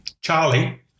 Charlie